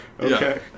Okay